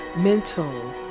mental